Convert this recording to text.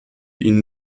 ihnen